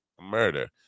murder